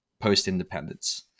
post-independence